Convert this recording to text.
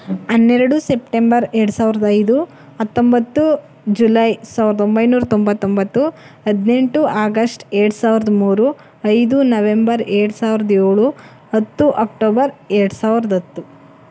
ಹನ್ನೆರಡು ಸೆಪ್ಟೆಂಬರ್ ಎರ್ಡು ಸಾವ್ರ್ದ ಐದು ಹತ್ತೊಂಬತ್ತು ಜುಲೈ ಸಾವ್ರ್ದ ಒಂಬೈನೂರ ತೊಂಬತ್ತೊಂಬತ್ತು ಹದಿನೆಂಟು ಆಗಸ್ಟ್ ಎರ್ಡು ಸಾವ್ರ್ದ ಮೂರು ಐದು ನವೆಂಬರ್ ಎರ್ಡು ಸಾವ್ರ್ದ ಏಳು ಹತ್ತು ಅಕ್ಟೋಬರ್ ಎರಡು ಸಾವ್ರ್ದ ಹತ್ತು